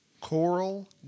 Coral